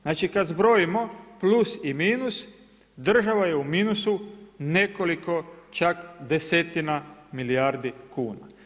Znači, kad zbrojimo plus i minus, država je u minusu nekoliko čak desetina milijardi kuna.